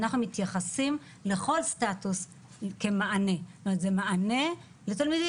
אנחנו מתייחסים לכל סטטוס כמענה לתלמידים.